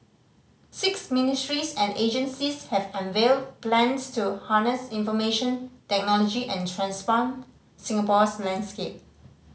six ministries and agencies have unveiled plans to harness information technology and transform Singapore's landscape